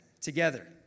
together